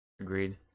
agreed